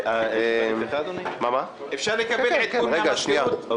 אפשר לקבל עדכון מהמזכירות?